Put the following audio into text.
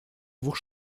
двух